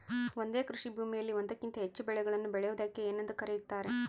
ಒಂದೇ ಕೃಷಿಭೂಮಿಯಲ್ಲಿ ಒಂದಕ್ಕಿಂತ ಹೆಚ್ಚು ಬೆಳೆಗಳನ್ನು ಬೆಳೆಯುವುದಕ್ಕೆ ಏನೆಂದು ಕರೆಯುತ್ತಾರೆ?